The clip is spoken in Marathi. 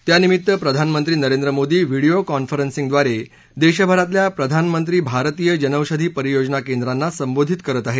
त्यानिमित्त प्रधानमंत्री नरेंद्र मोदी व्हिडियो कॉन्फरन्सिंगद्वारे देशभरातल्या प्रधानमंत्री भारतीय जनौषधी परियोजना केंद्रांना संबोधित करत आहेत